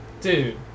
dude